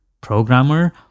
programmer